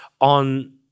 on